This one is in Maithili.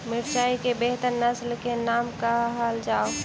मिर्चाई केँ बेहतर नस्ल केँ नाम कहल जाउ?